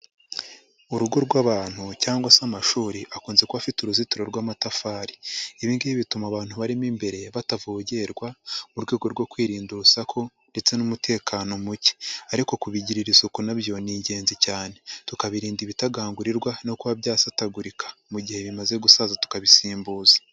Urugo rw'abantu cyangwa se amashuri akunze kuba afite uruzitiro rw'amatafari. Ibi ngibi bituma abantu barimo imbere batavogerwa, mu rwego rwo kwirinda urusaku ndetse n'umutekano muke ariko kubigirira isuku na byo ni ingenzi cyane, tukabirinda ibitagangurirwa no kuba byasatagurika, mu gihe bimaze gusaza tukabisimbuza.